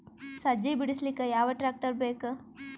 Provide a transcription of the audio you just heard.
ಸಜ್ಜಿ ಬಿಡಿಸಿಲಕ ಯಾವ ಟ್ರಾಕ್ಟರ್ ಬೇಕ?